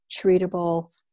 treatable